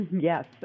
Yes